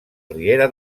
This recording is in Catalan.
riera